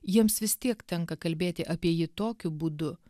jiems vis tiek tenka kalbėti apie jį tokiu būdu